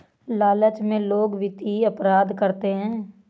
लालच में लोग वित्तीय अपराध करते हैं